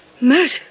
Murder